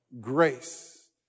grace